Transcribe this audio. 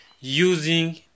using